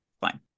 fine